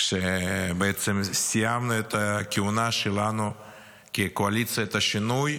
כשבעצם סיימנו את הכהונה שלנו כקואליציית השינוי,